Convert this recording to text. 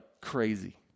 crazy